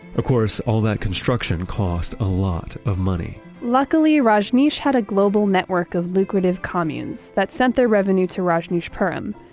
of course, all that construction costs a lot of money luckily, rajneesh had a global network of lucrative communes that sent their revenue to rajneeshpuram.